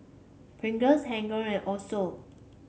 Pringles Hilker and Asos